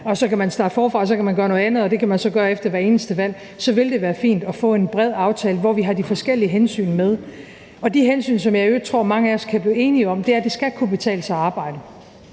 man så kan starte forfra og gøre noget andet, hvilket man så kan gøre efter hvert eneste valg, så vil det være fint at få en bred aftale, hvor vi har de forskellige hensyn med. Og et af de hensyn, som jeg i øvrigt tror mange af os kan blive enige om, er, at det skal kunne betale sig arbejde.